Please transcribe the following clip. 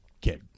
kid